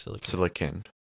Silicon